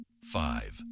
Five